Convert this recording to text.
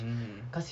hmm